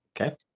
Okay